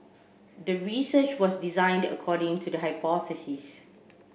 the research was designed according to the hypothesis